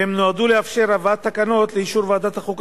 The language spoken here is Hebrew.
והן נועדו לאפשר הבאת תקנות לאישור ועדת החוקה,